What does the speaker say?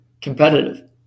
competitive